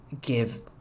give